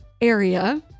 area